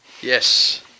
Yes